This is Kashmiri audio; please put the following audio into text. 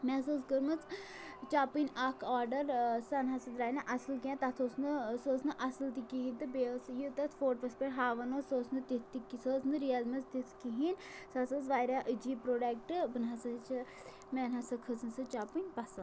مےٚ حظ ٲس کٔرمٕژ چَپٕنۍ اَکھ آرڈَر سۄ نہ سا درٛاے نہٕ اَصٕل کیٚنٛہہ تَتھ اوس نہٕ سۄ ٲس نہٕ اَصٕل تہِ کِہیٖنۍ تہٕ بیٚیہِ ٲس یہِ تَتھ فوٹوَس پٮ۪ٹھ ہاوان ٲس سۄ ٲس نہٕ تِتھ تہِ کہِ سۄ ٲس نہِٕ رِیَل منٛز تِژھ کِہیٖنۍ سۄ ہَسا ٲس واریاہ عجیٖب پرٛوڈَکٹ بہٕ نہ سا چھِ مےٚ نہ سا کھٔژ نہٕ سۄ چَپٕنۍ پَسنٛد